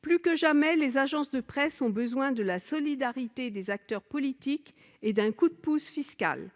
Plus que jamais, les agences de presse ont besoin de la solidarité des acteurs politiques et d'un coup de pouce fiscal.